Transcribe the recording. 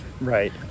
Right